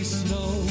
snow